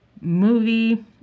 movie